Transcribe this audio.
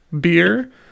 beer